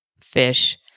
fish